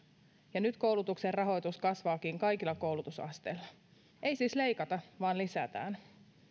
ja nyt koulutuksen rahoitus kasvaakin kaikilla koulutusasteilla ei siis leikata vaan lisätään